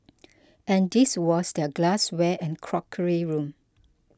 and this was their glassware and crockery room